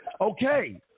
Okay